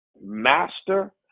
Master